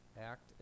act